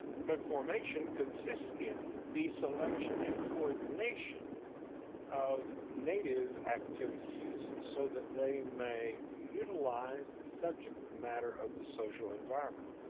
but formation consists in the selection and coordination of native activities so that they may utilize the subject matter of the social environment.